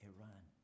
Iran